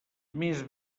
més